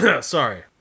Sorry